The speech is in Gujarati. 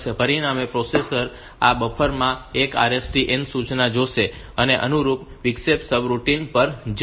પરિણામે પ્રોસેસર આ બફરમાં એક RST n સૂચના જોશે અને તે અનુરૂપ વિક્ષેપિત સર્વિસ રૂટિન પર જશે